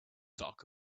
talk